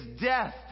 death